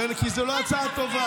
למה לא, כי זה לא הצעה טובה.